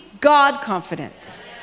God-confidence